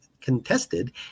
contested